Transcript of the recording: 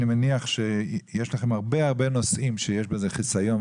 אני מניח שיש לכם הרבה נושאים שיש לגביהם חיסיון,